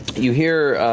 you hear